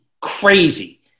crazy